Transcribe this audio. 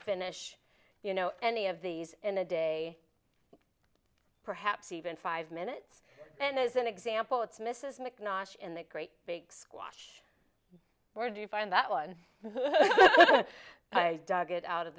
finish you know any of these in a day perhaps even five minutes and as an example it's mrs mc not in that great big squash or do you find that one i dug it out of